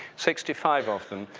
sixty five of them,